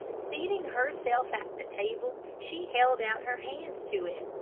seating herself at the table, she held out her hands to it.